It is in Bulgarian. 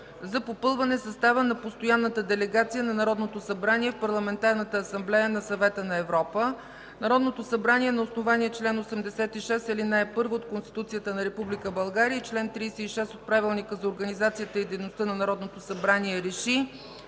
за попълване състава на Постоянната делегация на Народното събрание в Парламентарната асамблея на Съвета на Европа Народното събрание на основание чл. 86, ал. 1 от Конституцията на Република България и чл. 36 от Правилника за организацията и дейността на Народното събрание РЕШИ: